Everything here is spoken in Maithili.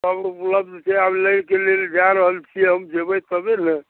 सब उपलब्ध छै आब लैके लेल जाए रहल छियै हम जेबै तबे ने